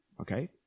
Okay